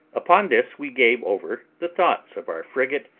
upon this we gave over the thoughts of our frigate,